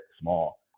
small